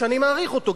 שאני מעריך אותו,